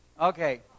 Okay